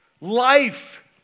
Life